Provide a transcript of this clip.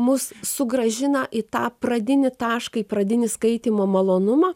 mus sugrąžina į tą pradinį tašką į pradinis skaitymo malonumą